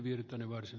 näin on